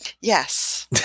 Yes